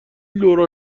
لورا